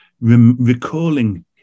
recalling